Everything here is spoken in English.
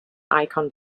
icon